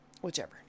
Whichever